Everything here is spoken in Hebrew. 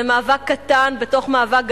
זה מאבק קטן בתוך מאבק גדול,